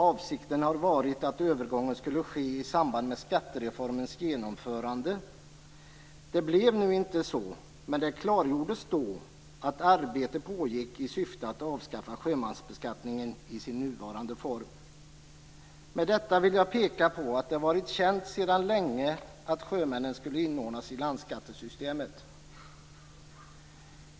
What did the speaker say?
Avsikten har varit att övergången skulle ske i samband med skattereformens genomförande. Det blev nu inte så, men det klargjordes då att arbete pågick i syfte att avskaffa sjömansbeskattningen i dess nuvarande form. Med detta vill jag peka på att det sedan länge varit känt att sjömännen skulle inordnas i landskattesystemet.